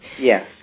Yes